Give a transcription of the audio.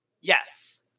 Yes